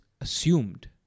assumed